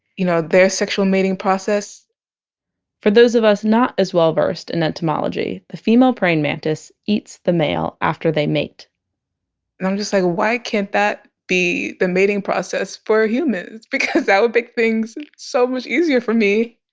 you know their sexual mating process for those of us not as well versed in entomology, the female praying mantis eats the male after they mate and i'm just like why can't that be the mating process for humans because that would make things so much easier for me